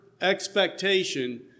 expectation